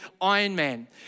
Ironman